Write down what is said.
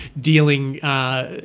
dealing